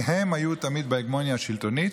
כי הם היו תמיד בהגמוניה השלטונית,